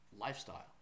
Lifestyle